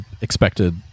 expected